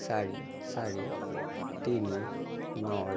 চাৰি চাৰি তিনি নৰ